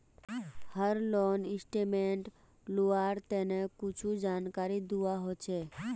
हर loan statement लुआर तने कुछु जानकारी दुआ होछे